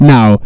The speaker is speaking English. Now